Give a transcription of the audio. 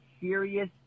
serious